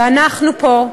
ואנחנו פה,